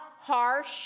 harsh